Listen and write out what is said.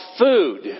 food